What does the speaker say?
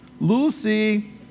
Lucy